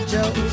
Joe